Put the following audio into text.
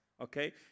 okay